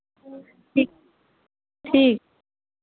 ठीक ठीक